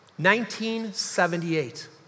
1978